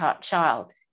child